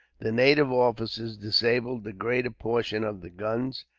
the native officers disabled the greater portion of the guns,